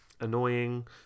annoying